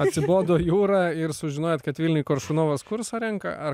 atsibodo jūra ir sužinojot kad vilniuj koršunovas kursą renką ar